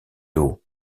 haut